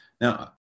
Now